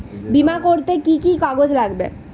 বিমা করতে কি কি কাগজ লাগবে?